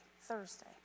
Thursday